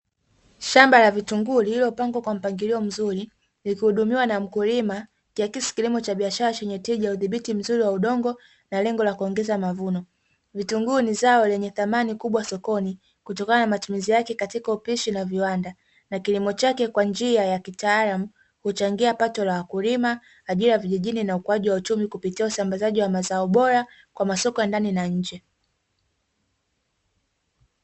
Shamba la vitunguu lililopangwa kwa mpangilio mzuri likihudumiwa na mkulima inaakiasi kilimo cha biashara chenye tija udhibiti mzuri wa udongo na lengo la kuongeza mavuno, vitunguu ni zao lenye thamani kubwa sokoni kutokana na matumizi yake katika upishi na viwanda na kilimo chake kwa njia ya kitaalamu uchangia pato la wakulima ,ajira vijijini na ukuaji wa uchumi kupitia usambazaji wa mazao bora kwa masoko ndani na nje.